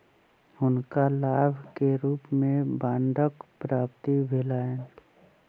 हुनका लाभ के रूप में बांडक प्राप्ति भेलैन